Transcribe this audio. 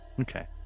okay